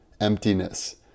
emptiness